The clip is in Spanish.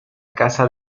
casa